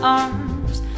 arms